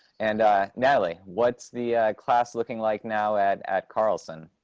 and natalie, what's the class looking like now at at carlson?